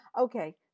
Okay